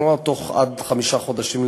כלומר בתוך חמישה חודשים.